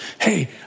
hey